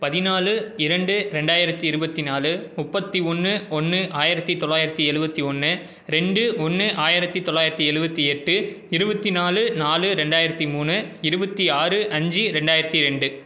பதினாலு இரண்டு ரெண்டாயிரத்தி இருபத்தி நாலு முப்பத்தி ஒன்று ஒன்று ஆயிரத்தி தொள்ளாயிரத்தி எழுபத்தி ஒன்று ரெண்டு ஒன்று ஆயிரத்தி தொள்ளாயிரத்தி எழுபத்தி எட்டு இருபத்தி நாலு நாலு ரெண்டாயிரத்தி மூணு இருபத்தி ஆறு அஞ்சு ரெண்டாயிரத்தி ரெண்டு